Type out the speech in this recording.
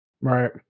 Right